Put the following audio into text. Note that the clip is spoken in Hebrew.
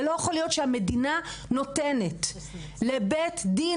זה לא יכול להיות שהמדינה נותנת לבית דין